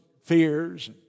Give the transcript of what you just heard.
fears